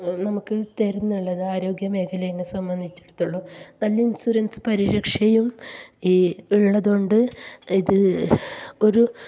നമുക്ക് തരുന്നു എന്നുള്ളത് ആരോഗ്യ മേഖലയെ സംബന്ധിച്ചിടത്തോളം നല്ല ഇൻഷുറൻസ് പരിരക്ഷയും ഉള്ളതുകൊണ്ട് ഇത് ഒരു